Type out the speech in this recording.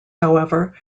however